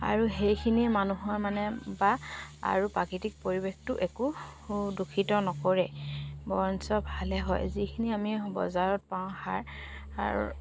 আৰু সেইখিনিয়ে মানুহৰ মানে বা আৰু প্ৰাকৃতিক পৰিৱেশটো একো দূষিত নকৰে বৰঞ্চ ভালে হয় যিখিনি আমি বজাৰত পাওঁ সাৰ সাৰ